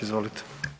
Izvolite.